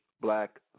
black